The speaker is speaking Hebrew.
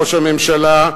ראש הממשלה,